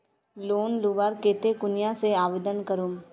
Loan लुबार केते कुनियाँ से आवेदन करूम?